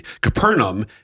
Capernaum